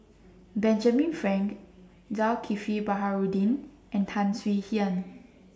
Benjamin Frank Zulkifli Baharudin and Tan Swie Hian